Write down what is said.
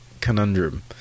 conundrum